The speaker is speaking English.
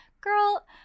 girl